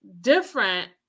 different